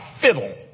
fiddle